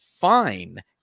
fine